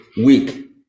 week